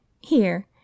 Here